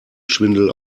schwindel